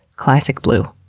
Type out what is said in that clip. classic blue.